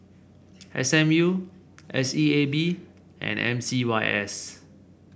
S M U S E A B and M C Y S